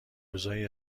روزای